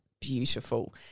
beautiful